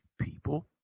people